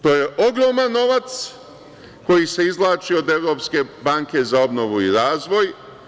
To je ogroman novac koji se izvlači od Evropske banke za obnovu i razvoj.